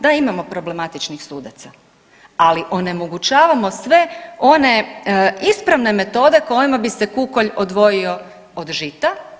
Da, imamo problematičnih sudaca, ali onemogućavamo sve one ispravne metode kojima bi se kukolj odvojio od žita.